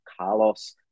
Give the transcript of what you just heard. Carlos